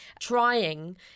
trying